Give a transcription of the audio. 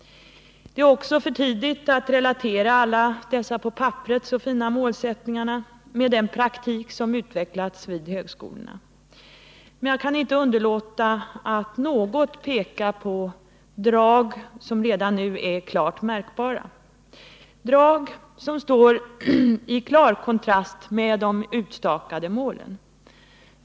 Det är också för tidigt att relatera alla dessa på papperet så fina målsättningar med den praktik som utvecklats vid högskolorna. Men jag kan inte underlåta att något peka på de drag som redan nu är märkbara. Det är drag som står i klar kontrast till de utstakade målen.